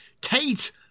Kate